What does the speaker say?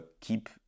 keep